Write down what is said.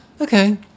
Okay